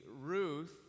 Ruth